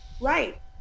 Right